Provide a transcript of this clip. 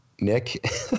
Nick